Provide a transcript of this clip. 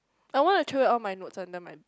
I want to throw away all my notes under my bed